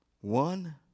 One